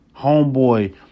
Homeboy